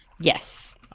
Yes